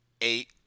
Eight